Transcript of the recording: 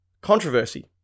controversy